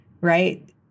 right